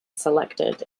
selected